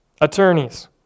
attorneys